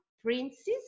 princes